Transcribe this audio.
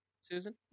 Susan